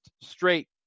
straight